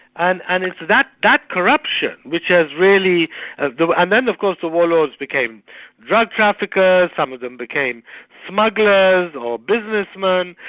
and and it's that that corruption which has really ah so and then of course the warlords became drug traffickers, some of them became smugglers or businessmen,